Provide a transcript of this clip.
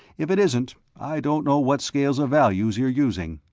if it isn't, i don't know what scales of values you're using.